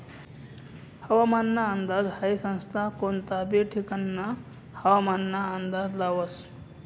हवामानना अंदाज हाई संस्था कोनता बी ठिकानना हवामानना अंदाज लावस